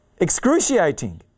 Excruciating